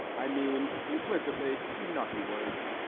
i mean implicitly naughty words